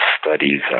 studies